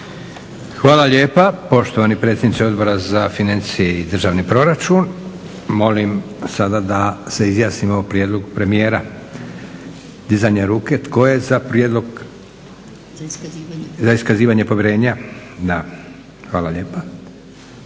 Hvala lijepa poštovani predsjedniče Odbora za financije i državni proračun. Molim sada da se izjasnimo o prijedlogu premijera dizanjem ruke. Tko je za prijedlog za iskazivanje povjerenja? Hvala lijepa.